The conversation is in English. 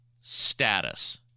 status